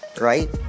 right